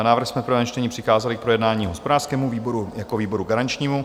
Návrh jsme v prvém čtení přikázali k projednání hospodářskému výboru jako výboru garančnímu.